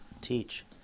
teach